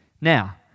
Now